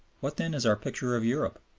what then is our picture of europe?